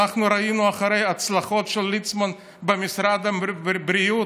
אנחנו ראינו אחרי ההצלחות של ליצמן במשרד הבריאות,